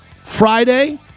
Friday